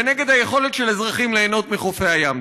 ונגד היכולת של אזרחים ליהנות מחופי הים.